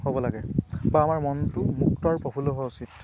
হ'ব লাগে বা আমাৰ মনটো মুক্ত আৰু প্ৰফুল্ল হোৱা উচিত